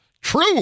True